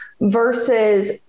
versus